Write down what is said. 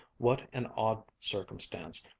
what an odd circumstance,